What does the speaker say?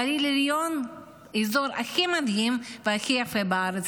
הגליל עליון הוא האזור הכי מדהים והכי יפה בארץ,